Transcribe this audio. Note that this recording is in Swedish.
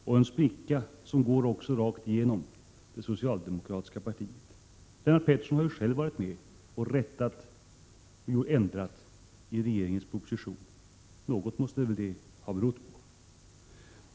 Det går en spricka också rakt igenom det socialdemokratiska partiet. Lennart Pettersson har själv varit med om att rätta och ändra i regeringens proposition. Något måste väl det ha berott på.